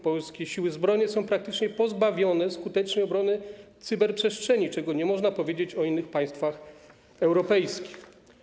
Polskie siły zbrojne są praktycznie pozbawione skutecznej obrony cyberprzestrzeni, czego nie można powiedzieć o innych państwach europejskich.